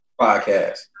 podcast